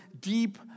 deep